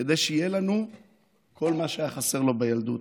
כדי שיהיה לנו כל מה שהיה חסר לו בילדות,